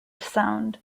sound